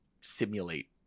simulate